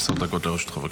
דקות לרשותך.